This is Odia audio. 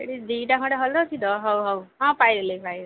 ଏଠି ଦୁଇ'ଟା ଖଣ୍ଡେ ହଲ୍ ଅଛି ତ ହଉ ହଉ ହଁ ପାଇଗଲି ପାଇଗଲି